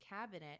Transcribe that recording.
cabinet